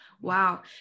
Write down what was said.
Wow